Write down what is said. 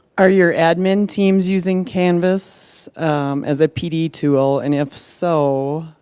are your admin teams using canvass as a p d two l, and if so,